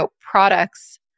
products